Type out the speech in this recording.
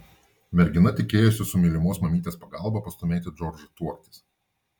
mergina tikėjosi su mylimos mamytės pagalba pastūmėti džordžą tuoktis